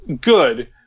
good